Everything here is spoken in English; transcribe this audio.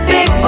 Big